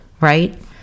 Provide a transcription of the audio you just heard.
right